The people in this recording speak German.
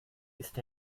ist